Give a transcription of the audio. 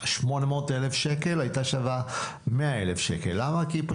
800,000 שקל, הייתה שווה 100,000 שקל.